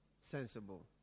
sensible